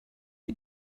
die